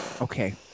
Okay